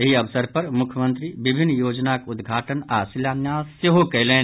एहि अवसर पर मुख्यमंत्री विभिन्न योजनाक उद्घाटन आओर शिलान्यास सेहो कयलनि